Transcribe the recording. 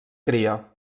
cria